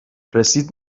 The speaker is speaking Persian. رسید